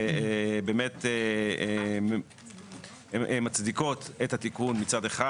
ובאמת הן מצדיקות את התיקון מצד אחד,